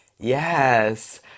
Yes